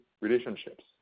relationships